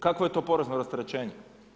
Kakvo je to porezno rasterećenje?